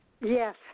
Yes